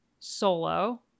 solo